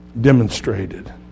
demonstrated